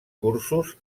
cursos